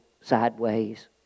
sideways